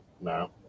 no